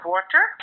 Water